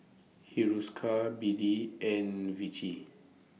Hiruscar B D and Vichy